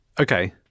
okay